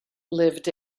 lived